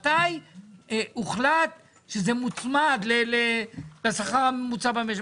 מתי הוחלט שזה מוצמד לשכר הממוצע במשק?